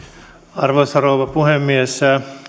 arvoisa rouva puhemies